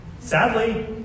Sadly